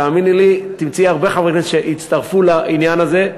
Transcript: תאמיני לי שתמצאי הרבה חברי כנסת שיצטרפו לעניין הזה,